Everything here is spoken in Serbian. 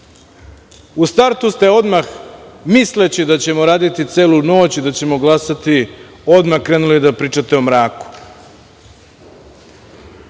startu ste odmah, misleći da ćemo raditi celu noć i da ćemo glasati odmah, krenuli da pričate o mraku.